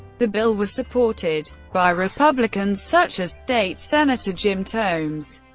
the bill was supported by republicans such as state senator jim tomes,